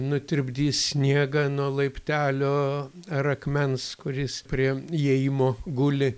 nutirpdys sniegą nuo laiptelio ar akmens kuris prie įėjimo guli